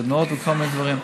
סדנאות וכל מיני דברים.